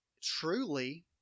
truly